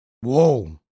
Whoa